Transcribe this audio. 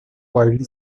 widely